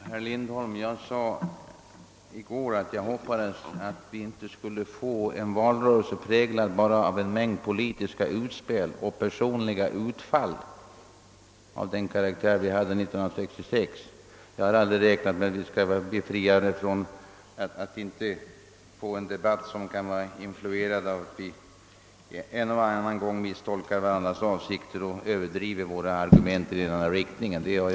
Herr talman! Jag sade i går, herr Lindholm, att jag hoppades att vi inte skulle få en valrörelse präglad bara av en mängd politiska utspel och personliga utfall av den karaktär som vi hade år 1966. Jag har aldrig räknat med att vi skall kunna få en debatt som inte är influerad av att vi en och annan gång misstolkar varandras avsikter och överdriver "våra argument i den ena eller andra riktningen.